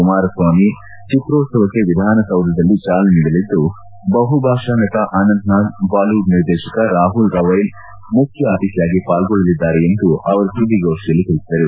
ಕುಮಾರಸ್ವಾಮಿ ಚಿತ್ರೋತ್ಸವಕ್ಕೆ ವಿಧಾನಸೌಧದಲ್ಲಿ ಚಾಲನೆ ನೀಡಲಿದ್ದು ಬಹುಭಾಷಾ ನಟ ಅನಂತನಾಗ್ ಬಾಲಿವುಡ್ ನಿರ್ದೇಶಕ ರಾಹುಲ್ ರವೈಲ್ ಮುಖ್ಯ ಅತಿಥಿಯಾಗಿ ಪಾಲ್ಗೊಳ್ಳಲಿದ್ದಾರೆ ಎಂದು ಅವರು ಸುದ್ದಿಗೋಷ್ಠಿಯಲ್ಲಿ ತಿಳಿಸಿದರು